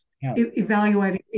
evaluating